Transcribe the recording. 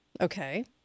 Okay